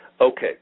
Okay